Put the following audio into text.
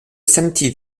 santi